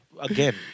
again